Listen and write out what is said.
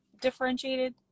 differentiated